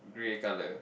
grey colour